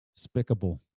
Despicable